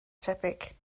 tebyg